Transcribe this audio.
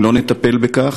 אם לא נטפל בכך,